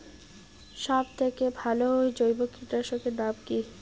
সব থেকে ভালো জৈব কীটনাশক এর নাম কি?